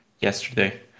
yesterday